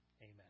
amen